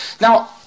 now